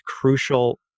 crucial